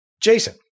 Jason